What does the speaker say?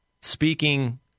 speaking